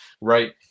right